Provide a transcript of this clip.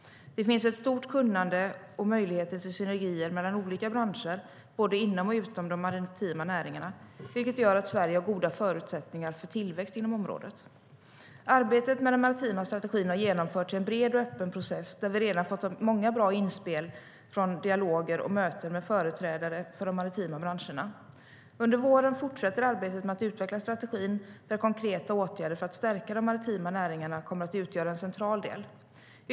Det finns ett stort kunnande och möjligheter till synergier mellan olika branscher både inom och utom de maritima näringarna, vilket gör att Sverige har goda förutsättningar för tillväxt inom området. Arbetet med den maritima strategin har genomförts i en bred och öppen process, där vi redan har fått många bra inspel från dialoger och möten med företrädare för de maritima branscherna. Under våren fortsätter arbetet med att utveckla strategin, där konkreta åtgärder för att stärka de maritima näringarna kommer att utgöra en central del.